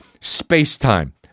Space-time